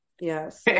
Yes